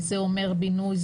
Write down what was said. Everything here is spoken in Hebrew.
זה אומר בינוי,